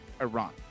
iran